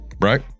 Right